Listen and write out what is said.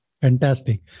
Fantastic